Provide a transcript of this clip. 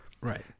Right